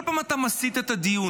עכשיו, כל פעם אתה מסיט את הדיון.